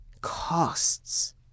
costs